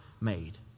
made